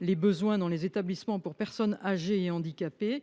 les besoins dans les établissements pour personnes âgées et handicapées.